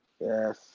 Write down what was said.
Yes